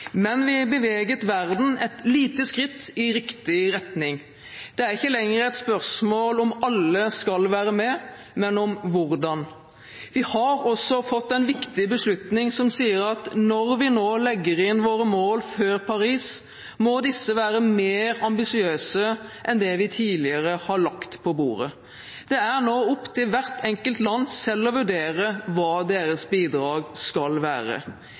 Men vi beveget verden et lite skritt i riktig retning. Det er ikke lenger et spørsmål om alle skal være med, men om hvordan. Vi har også fått en viktig beslutning som sier at når vi nå legger inn våre mål før Paris, må disse være mer ambisiøse enn det vi tidligere har lagt på bordet. Det er nå opp til hvert enkelt land selv å vurdere hva deres bidrag skal være.